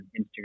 Instagram